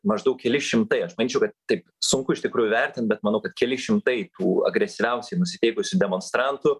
maždaug keli šimtai aš manyčiau kad taip sunku iš tikrųjų vertint bet manau kad keli šimtai tų agresyviausiai nusiteikusių demonstrantų